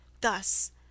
Thus